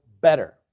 better